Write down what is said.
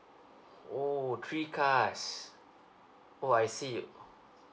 oh three cars oh I see